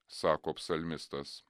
sako psalmistas